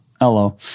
hello